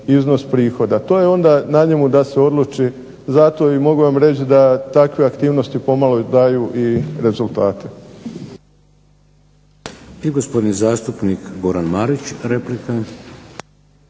I gospodin zastupnik Goran Marić, replika.